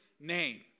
name